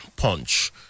Punch